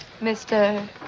mr